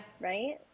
Right